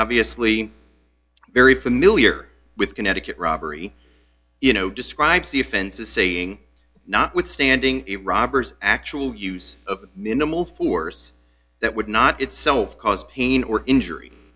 obviously very familiar with connecticut robbery you know describes the offense as saying notwithstanding iraq actual use of minimal force that would not itself cause pain or injury